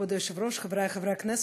כבוד היושב-ראש, חברי חברי הכנסת,